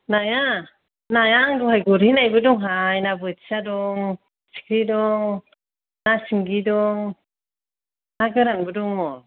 नाया नाया आं दहाय गुरहैनायबो दंहाय ना बोथिया दं फिथिख्रि दं ना सिंगि दं ना गोरानबो दंङ